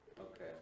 Okay